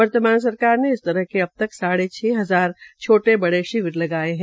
वर्तमान सरकार ने इस तरह के अब तक साढ़े छ हजार छोटे बड़े शिविर लगाये है